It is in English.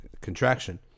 contraction